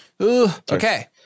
Okay